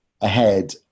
ahead